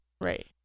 Right